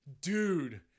Dude